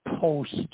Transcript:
post